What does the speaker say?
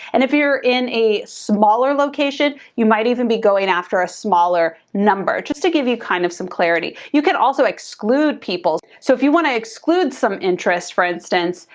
and if you're in a smaller location, you might even be going after a smaller number, just to give you kind of some clarity. you can also exclude people. so if you wanna exclude some interests, for instance,